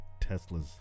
Teslas